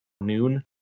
noon